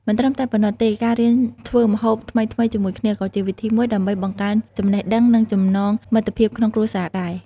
មិនត្រឹមតែប៉ុណ្ណោះទេការរៀនធ្វើម្ហូបថ្មីៗជាមួយគ្នា ក៏ជាវិធីមួយដើម្បីបង្កើនចំណេះដឹង និងចំណងមិត្តភាពក្នុងគ្រួសារដែរ ។